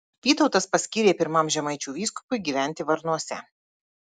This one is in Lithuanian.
vytautas paskyrė pirmam žemaičių vyskupui gyventi varniuose